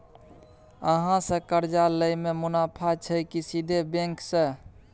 अहाँ से कर्जा लय में मुनाफा छै की सीधे बैंक से?